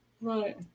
right